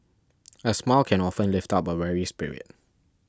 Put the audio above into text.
a smile can often lift up a weary spirit